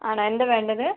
ആണോ എന്താണ് വേണ്ടത്